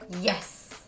Yes